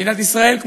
מדינת ישראל,